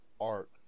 art